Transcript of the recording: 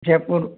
Jaipur